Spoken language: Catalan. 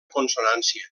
consonància